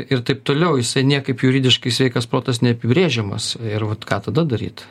ir taip toliau jisai niekaip juridiškai sveikas protas neapibrėžiamas ir vat ką tada daryt